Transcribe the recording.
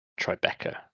Tribeca